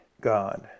God